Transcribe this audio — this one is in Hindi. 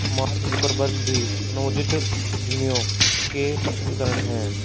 मार्क जुकरबर्ग भी नवोदित उद्यमियों के प्रसिद्ध उदाहरण हैं